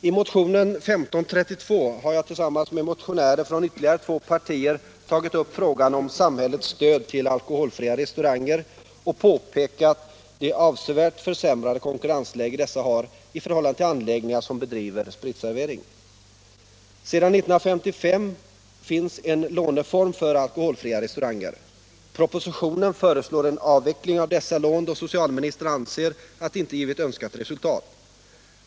I motionen 1532 har jag tillsammans med motionärer från ytterligare två partier tagit upp frågan om samhällets stöd till alkoholfria restauranger och påpekat det avsevärt försämrade konkurrensläge dessa har i förhållande till anläggningar som bedriver spritservering. Sedan 1955 finns en låneform för alkoholfria restauranger. Propositionen föreslår en avveckling av dessa lån då socialministern anser att de inte givit önskat resultat.